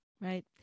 Right